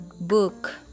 book